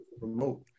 remote